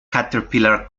caterpillar